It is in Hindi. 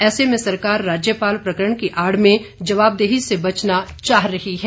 ऐसे में सरकार राज्यपाल प्रकरण की आड़ में जवाबदेही से बचना चाह रही है